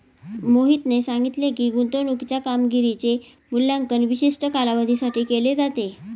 मोहितने सांगितले की, गुंतवणूकीच्या कामगिरीचे मूल्यांकन विशिष्ट कालावधीसाठी केले जाते